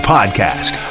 Podcast